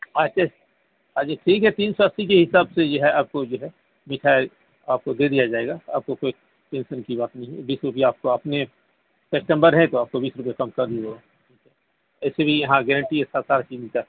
اچھے اچھے ٹھیک ہے تین سو اسی کے حساب سے جو ہے آپ کو جو ہے مٹھائی آپ کو دے دیا جائے گا آپ کو کوئی ٹینشن کی بات نہیں ہے بیس روپیہ آپ تو اپنے کسٹمر ہیں تو آپ کو بیس روپیہ کم کر دیے اس لیے یہاں گیارنٹی ہے سات آٹھ دن کا